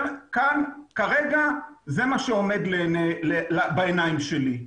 כרגע זה מה שעומד בעיניים שלי,